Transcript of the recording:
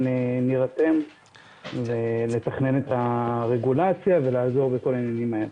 נירתם ונתכנן את הרגולציה ונעזור בכל העניינים האלה.